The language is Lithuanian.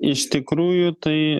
iš tikrųjų tai